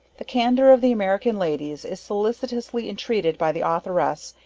the candor of the american ladies is solicitously intreated by the authoress,